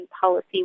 policy